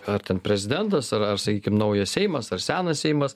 ar ten prezidentas ar ar sakykim naujas seimas ar senas seimas